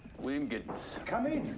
william giddens. come in.